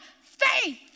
Faith